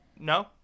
No